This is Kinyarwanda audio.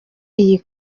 iyi